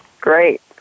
Great